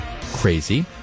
crazy